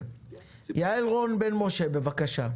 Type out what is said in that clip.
יעל רון בן משה, בבקשה.